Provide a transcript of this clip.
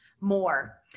more